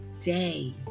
day